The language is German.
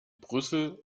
brüssel